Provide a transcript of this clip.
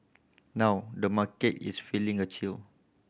now the market is feeling a chill